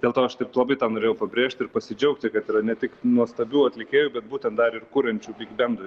dėl to aš taip labai tą norėjau pabrėžt ir pasidžiaugti kad yra ne tik nuostabių atlikėjų bet būtent dar ir kuriančių bigbendui